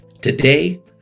Today